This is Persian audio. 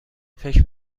فکر